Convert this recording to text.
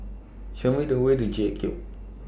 Show Me The Way to J Cube